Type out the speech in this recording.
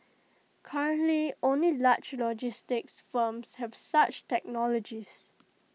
currently only large logistics firms have such technologies